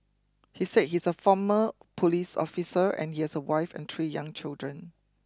he said he's a former police officer and he has a wife and three young children